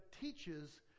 teaches